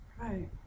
right